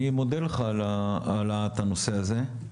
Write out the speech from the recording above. אני מודה לך על העלאת הנושא הזה,